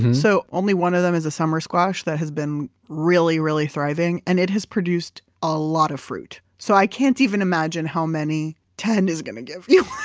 and so only one of them is a summer squash that has been really, really thriving, and it has produced a lot of fruit. so i can't even imagine how many ten is going to give you